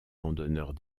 randonneurs